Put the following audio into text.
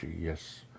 Yes